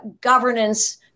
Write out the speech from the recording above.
governance